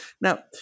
Now